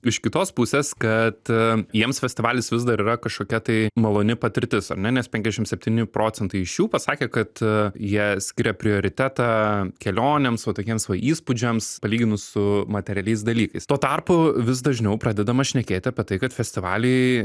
iš kitos pusės kad jiems festivalis vis dar yra kažkokia tai maloni patirtis ar ne nes penkiasdešim septyni procentai iš jų pasakė kad jie skiria prioritetą kelionėms va tokiems va įspūdžiams palyginus su materialiais dalykais tuo tarpu vis dažniau pradedama šnekėti apie tai kad festivaliai